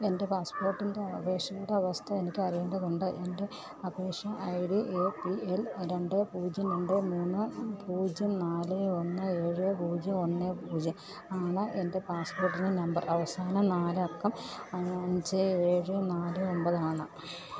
എൻ്റെ പാസ്പോർട്ടിൻ്റെ അപേക്ഷയുടെ അവസ്ഥ എനിക്ക് അറിയേണ്ടതുണ്ട് എൻ്റെ അപേക്ഷാ I D A P L രണ്ട് പൂജ്യം രണ്ട് മൂന്ന് പൂജ്യം നാല് ഒന്ന് ഏഴ് പൂജ്യം ഒന്ന് പൂജ്യം ആണ് എൻ്റെ പാസ്പോർട്ടിൻറെ നമ്പർ അവസാന നാലക്കം അഞ്ച് ഏഴ് നാല് ഒമ്പത് ആണ്